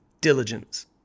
diligence